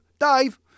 Dave